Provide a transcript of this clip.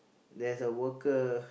there's a worker